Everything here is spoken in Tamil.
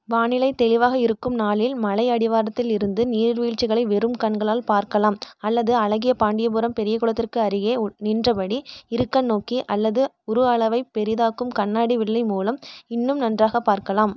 வானிலை தெளிவாக இருக்கும் நாளில் மலை அடிவாரத்தில் இருந்து நீர்வீழ்ச்சிகளை வெறும் கண்களால் பார்க்கலாம் அல்லது அழகியபாண்டியபுரம் பெரிய குளத்திற்கு அருகே நின்றபடி இருகண்நோக்கி அல்லது உரு அளவைப் பெரிதாக்கும் கண்ணாடி வில்லை மூலம் இன்னும் நன்றாகப் பார்க்கலாம்